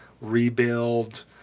rebuild